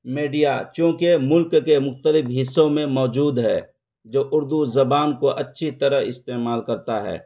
media چونکہ ملک کے مختلف حصوں میں موجود ہے جو اردو زبان کو اچھی طرح استعمال کرتا ہے